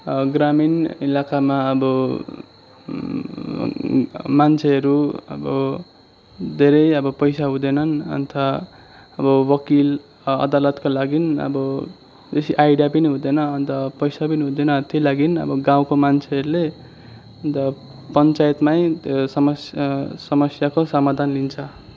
ग्रामीण इलाकामा अब मान्छेहरू अब धेरै अब पैसा हुँदैनन् अन्त अब वकिल अदालतका लागि अब बेसी आइडिया पनि हुँदैन अन्त पैसा पनि हुँदैन त्यही लागि अब गाउँको मान्छेहरूले अन्त पञ्चायतमै समस समस्याको समाधान लिन्छ